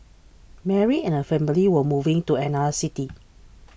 Mary and her family were moving to another city